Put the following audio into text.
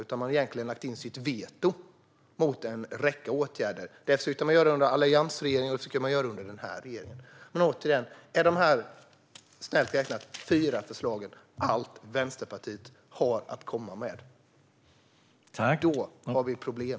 Egentligen har man lagt in sitt veto mot en räcka åtgärder. Detta försökte man göra under alliansregeringen, och det försöker man göra under denna regering. Återigen: Är dessa - snällt räknat - fyra förslag allt som Vänsterpartiet har att komma med? Då har vi problem.